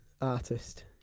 artist